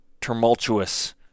tumultuous